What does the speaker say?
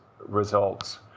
results